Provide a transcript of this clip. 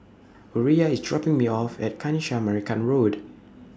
Uriah IS dropping Me off At Kanisha Marican Road